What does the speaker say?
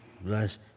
bless